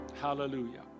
Hallelujah